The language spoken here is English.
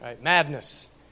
Madness